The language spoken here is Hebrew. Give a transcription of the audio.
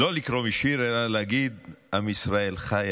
לא לקרוא משיר, אלא להגיד: עם ישראל חי.